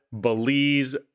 Belize